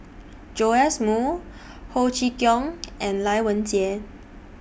Joash Moo Ho Chee Kong and Lai Weijie